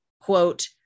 quote